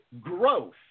growth